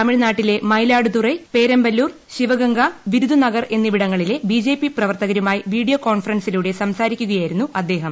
തമിഴ്നാട്ടിലെ മയിലാടുതുറ്റെറ് പേര്മ്പല്ലൂർ ശിവഗംഗ വിരുദുനഗർ എന്നിവിടങ്ങളിലെ ബ്ലിജെപി പ്രവർത്തകരുമായി വീഡിയോകോൺഫറൻസില്പൂടെ സംസാരിക്കുകയായിരുന്നു അദ്ദേഹം